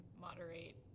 moderate